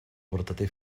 vertader